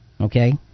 Okay